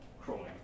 crawling